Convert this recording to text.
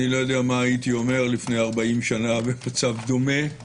לא יודע מה הייתי אומר לפני ארבעים שנה במצב דומה.